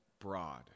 broad